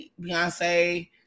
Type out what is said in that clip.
Beyonce